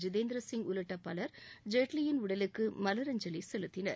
ஜிதேந்திர சிங் உள்ளிட்ட பவர் ஜேட்லியின் உடலுக்கு மவரஞ்சலி செலுத்தினர்